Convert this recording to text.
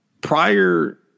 Prior